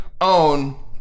own